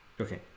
Okay